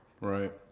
Right